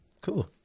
cool